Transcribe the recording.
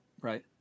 Right